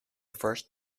first